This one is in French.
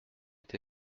été